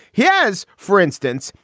he has, for instance,